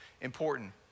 important